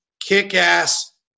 kick-ass